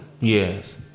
Yes